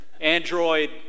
Android